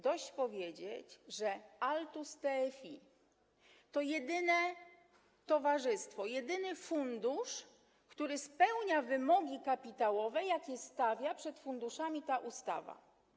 Dość powiedzieć, ze Altus TFI to jedyne towarzystwo, jedyny fundusz, który spełnia wymogi kapitałowe, jakie stawia przed funduszami ta ustawa.